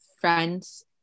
friends